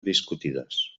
discutides